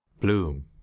bloom